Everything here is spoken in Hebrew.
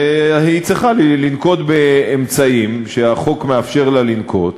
צריכה לנקוט אמצעים שהחוק מאפשר לה לנקוט.